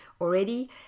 already